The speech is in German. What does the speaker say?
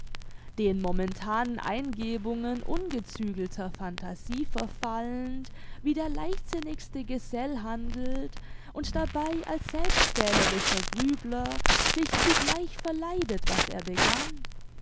den momentanen eingebungen ungezügelter phantasie verfallend wie der leichtsinnigste gesell handelt und dabei als selbstquälerischer grübler sich zugleich verleidet was er begann